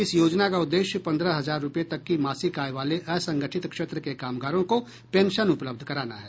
इस योजना का उद्देश्य पंद्रह हजार रुपये तक की मासिक आय वाले असंगठित क्षेत्र के कामगारों को पेंशन उपलब्ध कराना है